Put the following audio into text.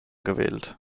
gewählt